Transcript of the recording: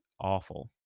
awful